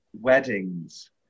weddings